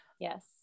Yes